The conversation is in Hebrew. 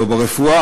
לא ברפואה,